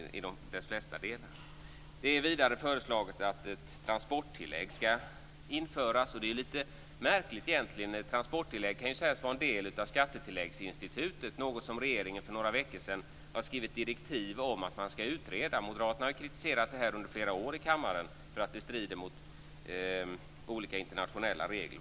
Vidare har det föreslagits att ett transporttillägg skall införas. Det är egentligen litet märkligt. Ett transporttillägg kan ju sägas vara en del av skattetilläggsinstitutet, något som regeringen för några veckor sedan skrev direktiv om skulle utredas. Moderaterna har i flera år framfört kritik därför att det här strider mot olika internationella regler.